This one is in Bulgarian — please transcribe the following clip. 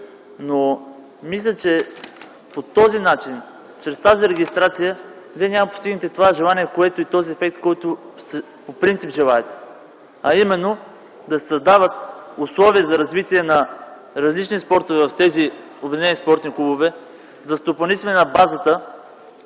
Мисля, че по този начин, чрез тази регистрация Вие няма да постигнете този ефект, който по принцип желаете, а именно – да се създават условия за развитие на различни спортове в тези Обединени спортни клубове, за стопанисване на базата